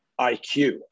IQ